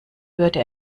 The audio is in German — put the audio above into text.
würde